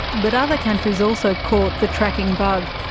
but other countries also caught the tracking bug.